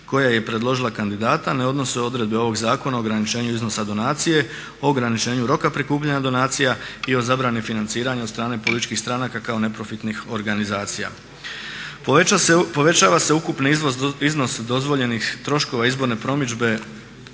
koja je predložila kandidata ne odnose odredbe ovoga zakona o ograničenju iznosa donacije, ograničenju roka prikupljanja donacija i o zabrani financiranja od strane političkih stranka kao neprofitnih organizacija. Povećava se ukupni iznos dozvoljenih troškova izborne promidžbe